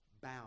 Bow